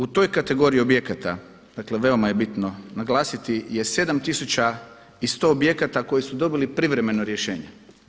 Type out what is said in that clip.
U toj kategoriji objekata, dakle veoma je bitno naglasiti je 7100 objekata koji su dobili privremeno rješenje.